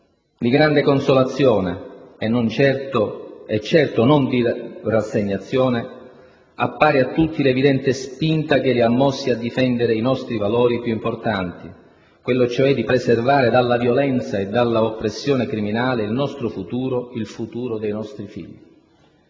Di grande consolazione e certo non di rassegnazione appare a tutti l'evidente spinta che li ha mossi a difendere i nostri valori più importanti, quella cioè di preservare dalla violenza e dalla oppressione criminale il nostro futuro, il futuro dei nostri figli.